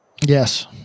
Yes